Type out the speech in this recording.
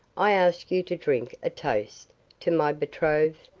i ask you to drink a toast to my betrothed,